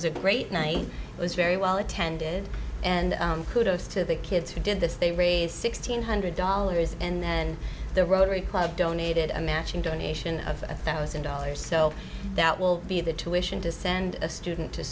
was a great night it was very well attended and kudos to the kids who did this they raise sixteen hundred dollars and then the rotary club donated a matching donation of a thousand dollars so that will be the tuition to send a student to